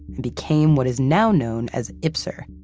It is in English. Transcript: and became what is now known as ipsr,